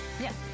Yes